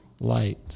light